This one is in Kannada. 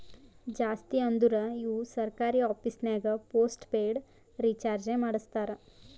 ಜಾಸ್ತಿ ಅಂದುರ್ ಇವು ಸರ್ಕಾರಿ ಆಫೀಸ್ನಾಗ್ ಪೋಸ್ಟ್ ಪೇಯ್ಡ್ ರೀಚಾರ್ಜೆ ಮಾಡಸ್ತಾರ